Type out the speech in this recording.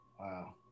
Wow